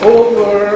over